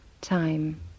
time